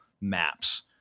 maps